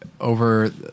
over